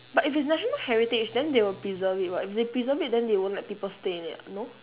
but if it's national heritage then they will preserve it [what] if they preserve it then they won't let people stay in it no